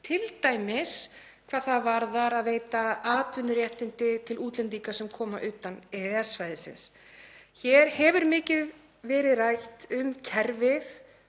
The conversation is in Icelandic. t.d. hvað það varðar að veita atvinnuréttindi til útlendinga sem koma utan EES-svæðisins. Hér hefur mikið verið rætt um kerfið